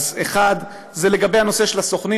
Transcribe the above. האחד זה הנושא של הסוכנים,